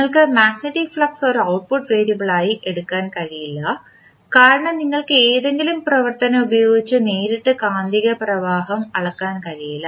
നിങ്ങൾക്ക് magnetic flux ഒരു output വേരിയബിളായി എടുക്കാൻ കഴിയില്ല കാരണം നിങ്ങൾക്ക് ഏതെങ്കിലും പ്രവർത്തനം ഉപയോഗിച്ച് നേരിട്ട് കാന്തിക പ്രവാഹം അളക്കാൻ കഴിയില്ല